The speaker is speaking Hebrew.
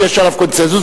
שיש עליו קונסנזוס,